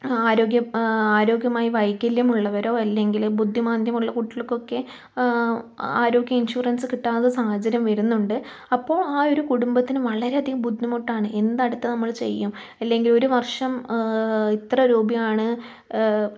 ആരോഗ്യം ആരോഗ്യമായി വൈകല്യമുള്ളവരോ അല്ലെങ്കില് ബുദ്ധിമാന്ദ്യം ഉള്ള കുട്ടികൾക്കൊക്കെ ആരോഗ്യ ഇൻഷുറൻസ് കിട്ടാത്ത സാഹചര്യം വരുന്നുണ്ട് അപ്പോൾ ആ ഒരു കുടുംബത്തിന് വളരെയധികം ബുദ്ധിമുട്ടാണ് എന്ത് അടുത്ത നമ്മള് ചെയ്യും അല്ലെങ്കിൽ ഒരു വർഷം ഇത്ര രൂപയാണ്